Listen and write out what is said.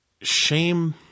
shame